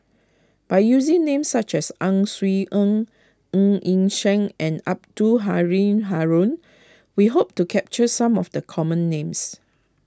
by using names such as Ang Swee Aun Ng Yi Sheng and Abdul Halim Haron we hope to capture some of the common names